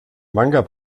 manga